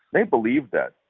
they believe that,